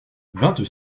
vingt